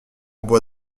bois